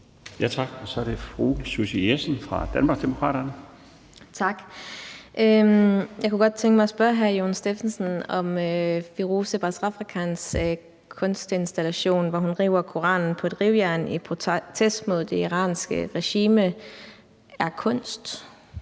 Tak. Så er det fru Susie Jessen fra Danmarksdemokraterne. Kl. 21:34 Susie Jessen (DD): Tak. Jeg kunne godt tænke mig at spørge hr. Jon Stephensen, om Firoozeh Bazrafkans kunstinstallation, hvor hun river Koranen på et rivejern i protest mod det iranske regime, er kunst.